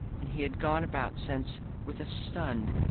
and he had gone about since with a stunned,